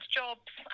jobs